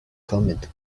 comet